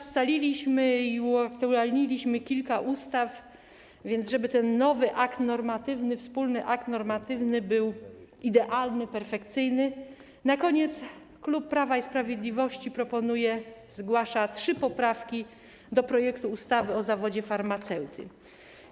Scaliliśmy i uaktualniliśmy kilka ustaw, ale żeby ten nowy akt normatywny, wspólny akt normatywny był idealny, perfekcyjny, na koniec klub Prawa i Sprawiedliwości proponuje, zgłasza trzy poprawki do projektu ustawy o zawodzie farmaceuty.